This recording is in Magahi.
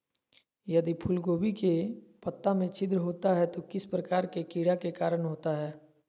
यदि फूलगोभी के पत्ता में छिद्र होता है तो किस प्रकार के कीड़ा के कारण होता है?